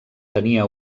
tenia